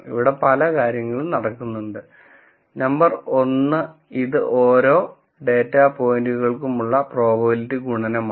ഇവിടെ പല കാര്യങ്ങളും നടക്കുന്നുണ്ട് നമ്പർ 1 ഇത് ഓരോ ഡാറ്റാ പോയിന്റുകൾക്കുമുള്ള പ്രോബബിലിറ്റികളുടെ ഗുണനമാണ്